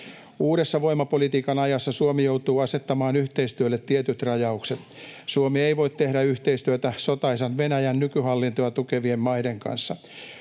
Uudessa voimapolitiikan ajassa Suomi joutuu asettamaan yhteistyölle tietyt rajaukset. Suomi ei voi tehdä yhteistyötä sotaisan Venäjän nykyhallintoa tukevien maiden kanssa.